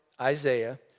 Isaiah